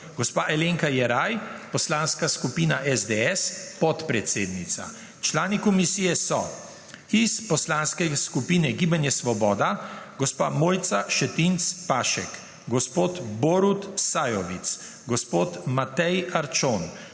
Alenka Jeraj, poslanska skupina SDS, podpredsednica. Člani komisije so iz poslanske skupine Gibanja Svoboda Mojca Šetinc Pašek, Borut Sajovic, Matej Arčon,